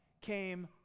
came